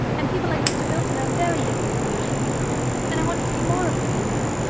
and people like mr. bilton are very different from those i've known and i want to see more of them, you know